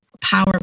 power